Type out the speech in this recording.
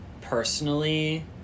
personally